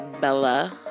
Bella